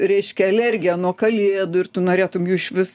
reiškia alergija nuo kalėdų ir tu norėtumei jų išvis